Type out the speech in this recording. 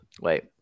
Wait